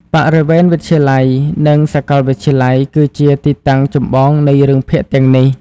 បរិវេណវិទ្យាល័យ និង សាកលវិទ្យាល័យ គឺជាទីតាំងចម្បងនៃរឿងភាគទាំងនេះ។